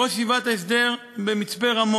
ראש ישיבת ההסדר במצפה-רמון,